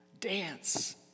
Dance